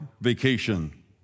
vacation